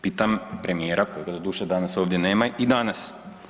Pitam premijera kojeg doduše danas ovdje nema i danas.